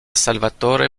salvatore